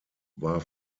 war